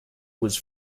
was